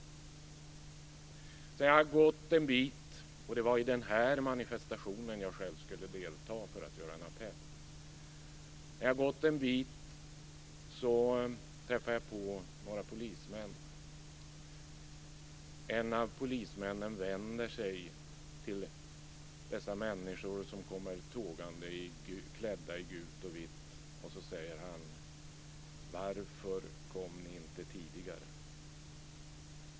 Sedan jag hade gått en bit - det var i den här manifestationen jag själv skulle delta för att göra en appell - träffade jag på några polismän. En av polismännen vänder sig till de människor som kommer tågande klädda i gult och vitt, och så säger han: Varför kom ni inte tidigare?